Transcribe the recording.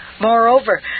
Moreover